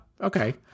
Okay